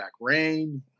Rain